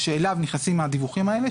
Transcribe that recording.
שרק אליו נכנסים הדיווחים האלה,